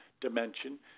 dimension